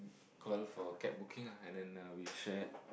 call for cab booking ah and then uh we share